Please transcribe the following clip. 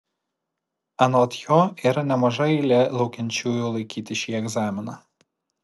anot jo yra nemaža eilė laukiančiųjų laikyti šį egzaminą